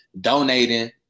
donating